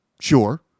sure